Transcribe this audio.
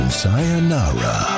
sayonara